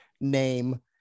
name